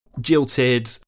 jilted